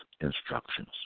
instructions